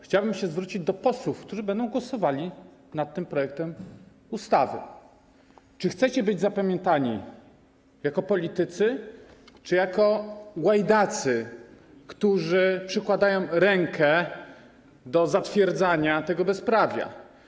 Chciałbym się zwrócić do posłów, którzy będą głosowali nad tym projektem ustawy: Czy chcecie być zapamiętani jako politycy czy jako łajdacy, którzy przykładają rękę do zatwierdzania tego bezprawia?